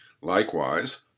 Likewise